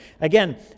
Again